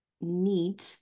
need